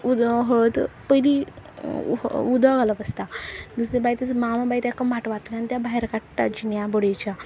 उद हळद पयलीं उदक घालप आसता दुसरें मागीर ताजो मामा मागीर ताका माटवांतल्यान त्या भायर काडटा जिन्या बडयेच्या